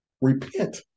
Repent